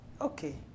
okay